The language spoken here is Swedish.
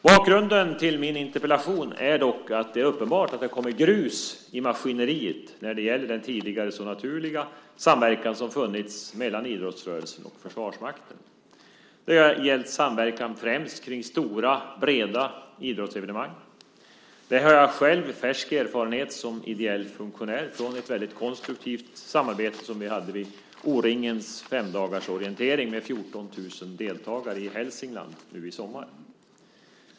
Bakgrunden till min interpellation är dock att det är uppenbart att det har kommit grus i maskineriet när det gäller den tidigare så naturliga samverkan som har funnits mellan idrottsrörelsen och Försvarsmakten. Det har gällt samverkan främst i fråga om stora och breda idrottsevenemang. Där har jag själv färsk erfarenhet som ideell funktionär från ett väldigt konstruktivt samarbete som vi hade vid O-ringens femdagarsorientering med 14 000 deltagare i Hälsingland nu i somras.